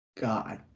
God